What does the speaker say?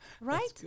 Right